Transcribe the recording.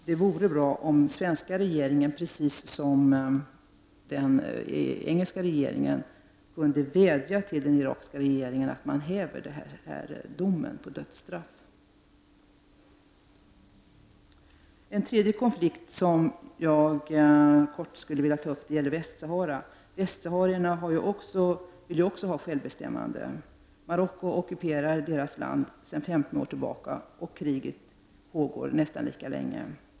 Det vore bra om svenska regeringen, precis som den brittiska, kunde vädja till den irakiska regeringen att upphäva dödsdomen. En tredje konflikt, som jag kort skulle vilja ta upp, gäller Västsahara. Västsaharierna vill också ha självbestämmande. Marocko ockuperar deras land sedan 15 år tillbaka, och krig pågår sedan nästan lika länge.